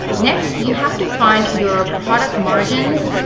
next, you have to find your product margins,